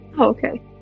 Okay